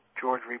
George